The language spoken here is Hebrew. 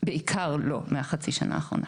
בעיקר לא מהחצי שנה האחרונה.